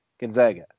Gonzaga